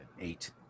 Eight